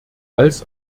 als